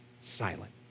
silent